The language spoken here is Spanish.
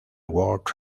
world